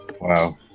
wow